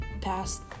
past